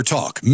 Talk